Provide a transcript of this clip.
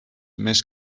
més